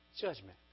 judgment